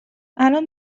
الان